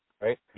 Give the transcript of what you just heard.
right